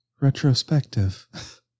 retrospective